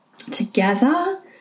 together